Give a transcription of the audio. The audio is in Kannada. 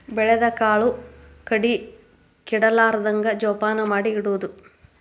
ಬೆಳದ ಕಾಳು ಕಡಿ ಕೆಡಲಾರ್ದಂಗ ಜೋಪಾನ ಮಾಡಿ ಇಡುದು